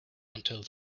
until